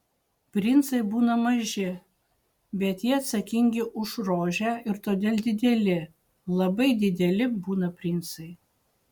princai būna maži bet jie atsakingi už rožę ir todėl dideli labai dideli būna princai